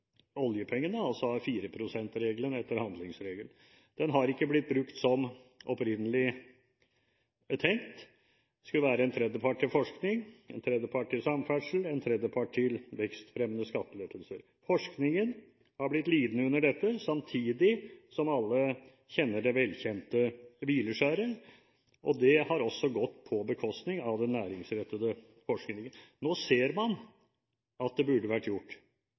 oljepengene, altså 4 pst.-regelen etter handlingsregelen. Den har ikke blitt brukt som opprinnelig tenkt. Det skulle være en tredjepart til forskning, en tredjepart til samferdsel og en tredjepart til vekstfremmende skattelettelser. Forskningen har blitt lidende under dette, samtidig kjenner alle det velkjente hvileskjæret. Det har også gått på bekostning av den næringsrettede forskningen. Nå ser man at det burde vært gjort.